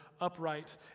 upright